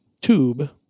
tube